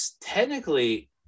technically